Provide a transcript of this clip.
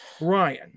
Ryan